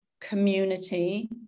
community